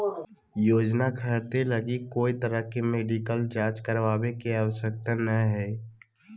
योजना खरीदे लगी कोय तरह के मेडिकल जांच करावे के आवश्यकता नयय हइ